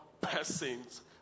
persons